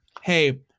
Hey